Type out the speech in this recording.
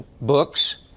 books